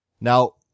Now